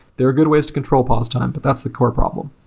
there are good ways to control pause time, but that's the core problem.